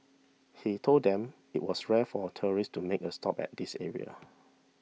he told them it was rare for tourists to make a stop at this area